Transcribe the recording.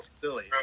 silly